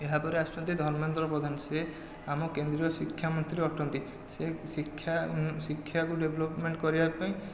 ଏହା ପରେ ଆସୁଛନ୍ତି ଧର୍ମେନ୍ଦ୍ର ପ୍ରଧାନ ସେ ଆମ କେନ୍ଦ୍ରୀୟ ଶିକ୍ଷା ମନ୍ତ୍ରୀ ଅଟନ୍ତି ସେ ଶିକ୍ଷା ଶିକ୍ଷାକୁ ଡେଭଲପମେଣ୍ଟ କରିବା ପାଇଁ